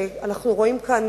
אנחנו רואים כאן